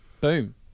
Boom